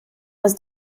was